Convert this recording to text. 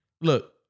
Look